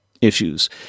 issues